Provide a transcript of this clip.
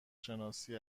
شناسی